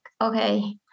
okay